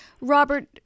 Robert